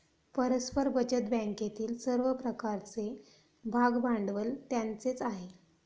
परस्पर बचत बँकेतील सर्व प्रकारचे भागभांडवल त्यांचेच आहे